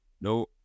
No